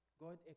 God